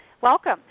Welcome